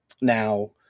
Now